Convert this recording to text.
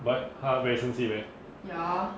but 他 very 生气 meh